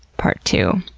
part two.